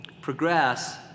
progress